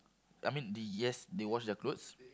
I mean they yes they wash their clothes